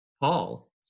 Paul